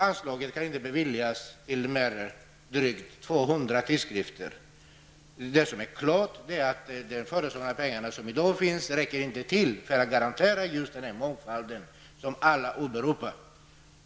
Anslag kan dock inte beviljas till mer än drygt 200 tidskrifter. Det står klart att de pengar som i dag anslås inte räcker till för att garantera den mångfald som alla åberopar.